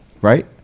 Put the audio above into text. right